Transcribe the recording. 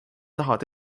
tahad